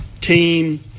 Team